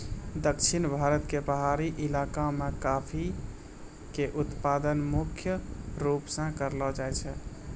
दक्षिण भारत के पहाड़ी इलाका मॅ कॉफी के उत्पादन मुख्य रूप स करलो जाय छै